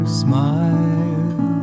smile